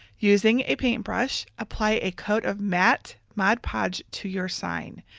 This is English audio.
using a paint brush, apply a coat of matte mod podge to your sign,